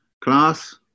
class